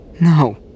No